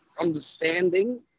understanding